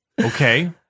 Okay